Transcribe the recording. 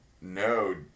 No